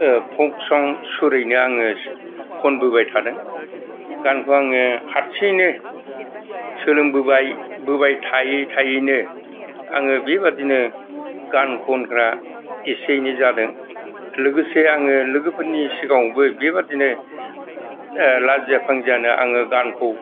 folk सं सुरैनो आङो खनबोबाय थादों गानखौ आङो हारसिङैनो सोलोंबोबाय बोबाय थायै थायैनो आङो बेबादिनो गान खनग्रा इसे इनै जादों लोगोसे आङो लोगोफोरनि सिगाङावबो बेबादिनो लाजिया फांजियानो आङो गानखौ